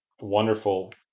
wonderful